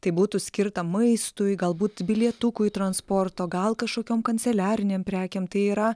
tai būtų skirta maistui galbūt bilietukui transporto gal kažkokiom kanceliarinėm prekėm tai yra